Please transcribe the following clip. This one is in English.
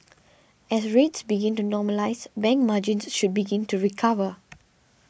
as rates begin to normalise bank margins should begin to recover